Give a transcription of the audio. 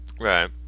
Right